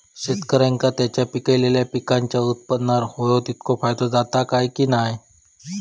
शेतकऱ्यांका त्यांचा पिकयलेल्या पीकांच्या उत्पन्नार होयो तितको फायदो जाता काय की नाय?